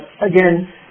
again